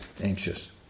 anxious